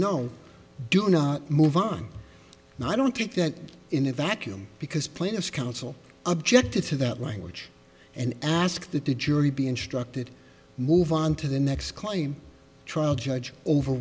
no do not move on no i don't think that in a vacuum because plaintiffs counsel objected to that language and ask that the jury be instructed move on to the next claim trial judge over